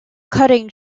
cutting